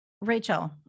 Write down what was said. Rachel